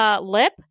lip